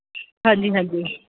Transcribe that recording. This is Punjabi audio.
ਹਾਂਜੀ ਹਾਂਜੀ